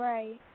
Right